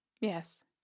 Yes